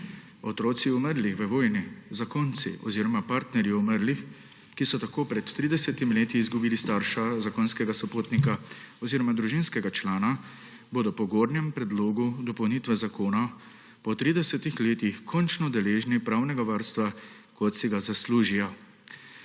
Otroci umrlih v vojni, zakonci oziroma partnerji umrlih, ki so tako pred 30 leti izgubili starša ali zakonskega sopotnika oziroma družinskega člana, bodo po gornjem predlogu dopolnitve zakona po 30 letih končno deležni pravnega varstva, kot si ga zaslužijo.